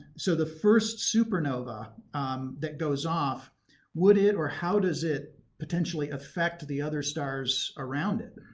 so the first supernova that goes off would it or how does it potentially affect the other stars around it?